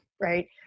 right